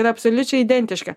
tai yra absoliučiai identiški